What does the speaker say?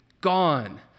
gone